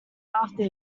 after